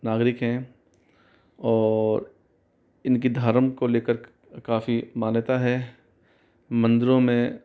नागरिक हैं और इनकी धर्म को लेकर काफ़ी मान्यता है मंदिरों में